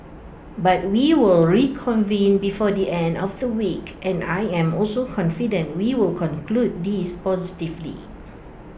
but we will reconvene before the end of the week and I am also confident we will conclude this positively